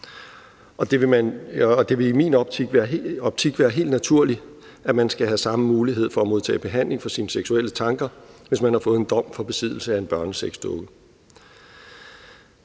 Det vil i min optik være helt naturligt, at man skal have samme mulighed for at modtage behandling for sine seksuelle tanker, hvis man har fået en dom for besiddelse af en børnesexdukke.